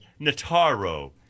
Nataro